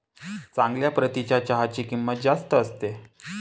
चांगल्या प्रतीच्या चहाची किंमत जास्त असते